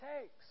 takes